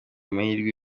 amahirwe